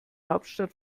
hauptstadt